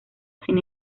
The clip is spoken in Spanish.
sin